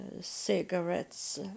cigarettes